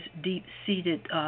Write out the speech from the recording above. deep-seated